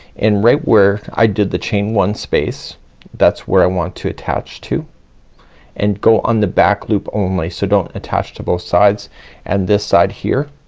and right where i did the chain one space that's where i want to attach to and go on the back loop only. so don't attach to both sides and this side here